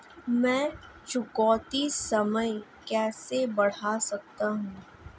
मैं चुकौती समय कैसे बढ़ा सकता हूं?